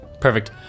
Perfect